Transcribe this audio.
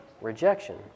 rejection